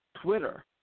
Twitter